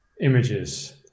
images